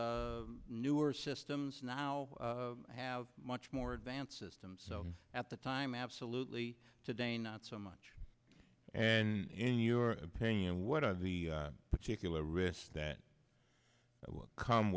the newer systems now have much more advanced systems so at the time absolutely today not so much and in your opinion what are the particular risks that come